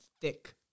thick